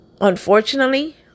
unfortunately